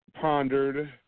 pondered